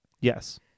Yes